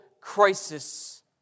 crisis